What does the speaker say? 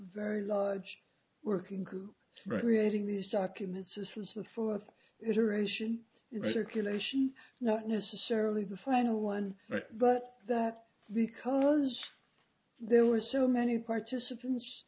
very large working group recreating these documents this was the fourth iteration circulation not necessarily the final one but that because there were so many participants